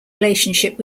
relationship